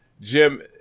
Jim